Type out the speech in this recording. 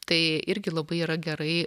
tai irgi labai yra gerai